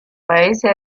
paese